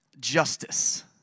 justice